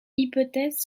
hypothèses